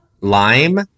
Lime